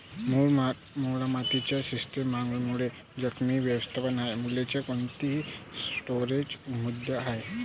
मूळ मालमत्तेच्या स्थिर मागणीमुळे जोखीम व्यवस्थापन हा मूल्याच्या कोणत्याही स्टोअरचा मुद्दा आहे